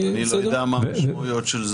אני לא יודע מה המשמעויות של זה.